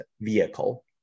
vehicle